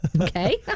okay